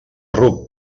ruc